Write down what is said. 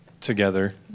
together